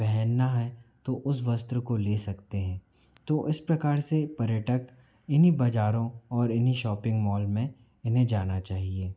पहनना है तो उस वस्त्र को ले सकते हैं तो उस प्रकार से पर्यटक इन्हीं बजारों और इन्हीं शॉपिंग मॉल में उन्हें जाना चाहिए